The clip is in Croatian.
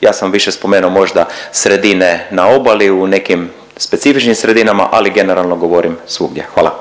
Ja sam više spomenuo možda sredine na obali u nekim specifičnim sredinama, ali generalno govorim svugdje. Hvala.